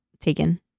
taken